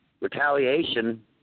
retaliation